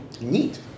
Neat